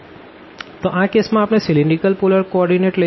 તો આ કેસ માં આપણે સીલીન્દ્રીકલ પોલર કો ઓર્ડીનેટ લઈશું